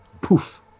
poof